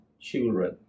children